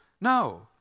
No